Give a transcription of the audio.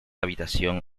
habitación